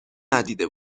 ندیده